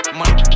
money